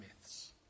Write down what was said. myths